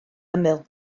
ymyl